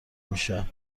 میشم